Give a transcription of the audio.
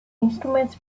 instruments